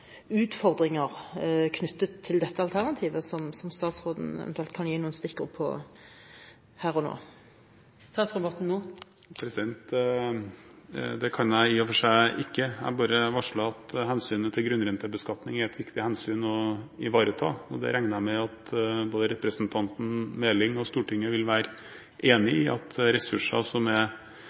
utfordringer knyttet til dette alternativet som statsråden eventuelt kan gi noen stikkord på her og nå. Det kan jeg i og for seg ikke. Jeg bare varslet at hensynet til grunnrentebeskatning er et viktig hensyn å ivareta. Jeg regner med at både representanten Meling og Stortinget vil være enig i at ressurser som